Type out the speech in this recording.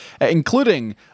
including